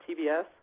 TBS